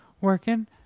Working